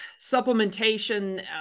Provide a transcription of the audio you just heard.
supplementation